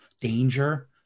danger